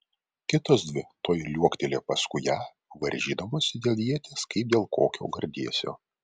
kitos dvi tuoj liuoktelėjo paskui ją varžydamosi dėl ieties kaip dėl kokio gardėsio